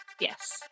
yes